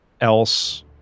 else